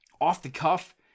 off-the-cuff